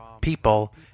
people